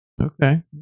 Okay